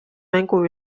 mängu